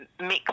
mix